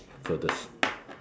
furthest